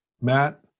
Matt